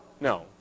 No